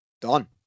Done